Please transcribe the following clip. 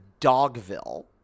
Dogville